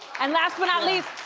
and last but not least,